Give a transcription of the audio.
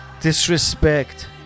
Disrespect